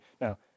Now